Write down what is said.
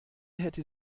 hätte